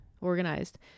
organized